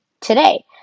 today